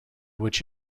which